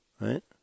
Right